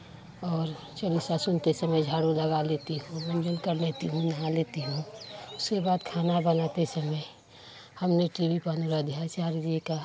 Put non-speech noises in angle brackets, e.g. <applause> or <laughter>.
और चालीसा सुनते समय झाड़ू लगा लेती हूँ मंजन कर लेती हूँ नहा लेती हूँ उसके बाद खाना बनाते समय हमने टी बी पर <unintelligible> जी का